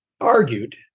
argued